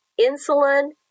insulin